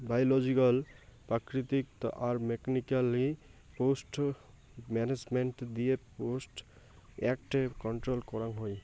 biological প্রাকৃতিক আর মেকানিক্যালয় পেস্ট মানাজমেন্ট দিয়ে পেস্ট এট্যাক কন্ট্রল করাঙ হউ